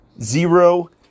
zero